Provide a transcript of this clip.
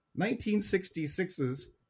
1966's